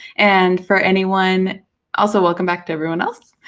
and for anyone also welcome back to everyone else.